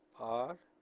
r